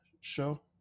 show